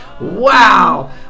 Wow